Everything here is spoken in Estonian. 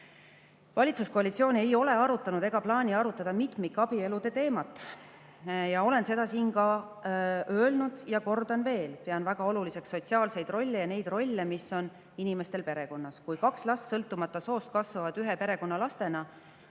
Valitsuskoalitsioon ei ole arutanud ega plaani arutada mitmikabielude teemat. Olen seda siin ka [varem] öelnud ja kordan veel: pean väga oluliseks sotsiaalseid rolle ja neid rolle, mis on inimestel perekonnas. Kui kaks last, sõltumata soost, kasvavad ühe perekonna lastena,